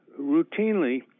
routinely